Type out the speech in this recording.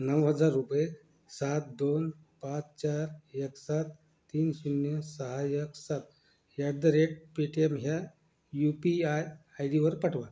नऊ हजार रुपये सात दोन पाच चार एक सात तीन शून्य सहा एक सात at the rate Paytm ह्या यू पी आय आय डीवर पाठवा